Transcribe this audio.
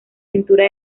pintura